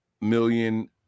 million